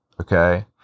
okay